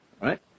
right